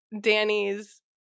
Danny's